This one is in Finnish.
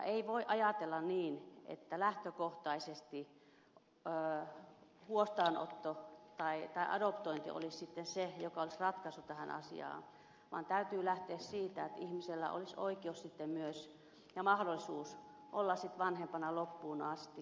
ei voi ajatella niin että lähtökohtaisesti huostaanotto tai adoptointi olisi sitten se joka olisi ratkaisu tähän asiaan vaan täytyy lähteä siitä että ihmisellä olisi oikeus ja mahdollisuus sitten myös olla vanhempana loppuun asti